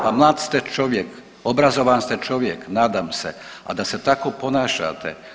Pa mlad ste čovjek, obrazovan ste čovjek nadam se, a da se tako ponašate.